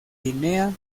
guinea